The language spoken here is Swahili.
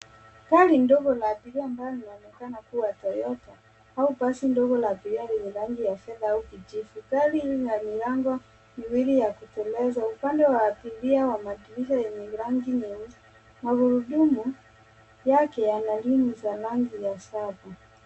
Gari ndogo la abiria ambalo linaonekana kuwa Toyota, au basi ndogo la abiria lenye rangi ya fedha au kijivu. Gari hili lina milango miwili ya kuteleza. Upande wa abiria wa madirisha yenye rangi nyeusi. Magurudumu yake, yana ream za rangi ya shaba.